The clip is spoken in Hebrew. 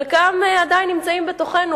חלקם עדיין נמצאים בתוכנו,